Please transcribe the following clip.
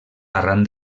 arran